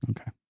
Okay